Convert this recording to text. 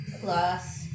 plus